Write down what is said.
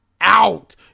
out